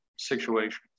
situations